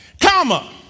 Comma